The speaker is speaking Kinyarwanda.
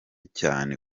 cyane